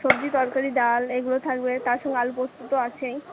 সবজি তরকারি ডাল এগুলো থাকবে তার সঙ্গে আলু পোস্ত তো আছেই